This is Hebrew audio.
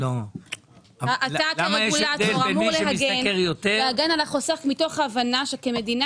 אתה כרגולטור אמון להגן על החוסך מתוך הבנה שכמדינה